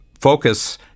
focus